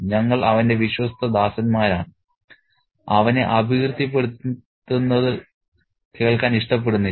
ഞങ്ങൾ അവന്റെ വിശ്വസ്ത ദാസന്മാരാണ് അവനെ അപകീർത്തിപ്പെടുത്തുന്നത് കേൾക്കാൻ ഇഷ്ടപ്പെടുന്നില്ല